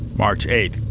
march eight,